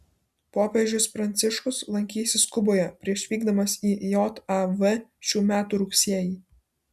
popiežius pranciškus lankysis kuboje prieš vykdamas į jav šių metų rugsėjį